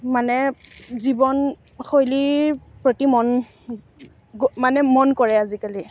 মানে জীৱনশৈলীৰ প্ৰতি মন মানে মন কৰে আজিকালি